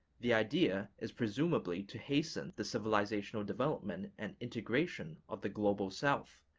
the idea is presumably to hasten the civilizational development and integration of the global south,